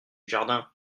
jardin